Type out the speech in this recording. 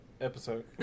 episode